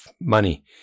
money